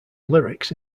lyrics